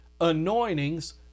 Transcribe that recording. anointings